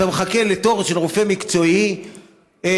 אתה מחכה לתור של רופא מקצועי חודשים.